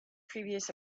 previous